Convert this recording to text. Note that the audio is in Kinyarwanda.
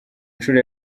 nshuro